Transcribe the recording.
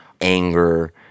anger